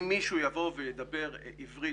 אם מישהו יבוא וידבר עברית,